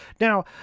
Now